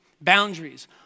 Boundaries